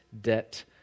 debt